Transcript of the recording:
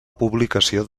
publicació